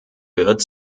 wird